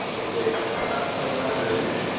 to take about the same amount of greens